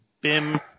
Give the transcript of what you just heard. BIM